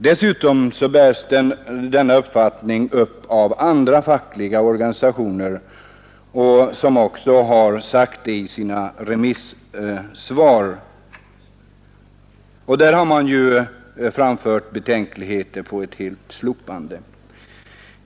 Dessutom bärs denna uppfattning upp av andra fackliga organisationer som också har sagt detta i sina remissvar. Där har man framfört betänkligheter mot ett helt slopande av lagen.